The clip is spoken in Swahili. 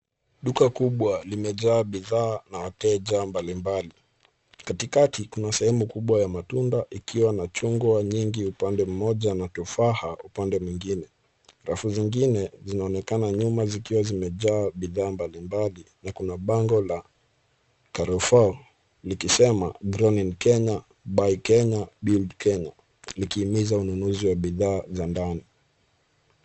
Duka kubwa limejaa bidhaa na wateja mbalimbali. Katikati, kuna sehemu kubwa ya matunda ikiwa na chungwa nyingi upande mmoja na tufaha upande mwingine. Rafu zingine zinaonekana nyuma zikiwa zimejaa bidhaa mbalimbali na kuna bango la Carrefour likisema grown in Kenya buy Kenya build Kenya, likihimiza ununuzi wa bidhaa za ndani.